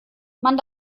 man